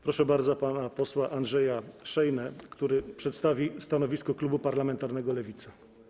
Proszę bardzo pana posła Andrzeja Szejnę, który przedstawi stanowisko klubu parlamentarnego Lewica.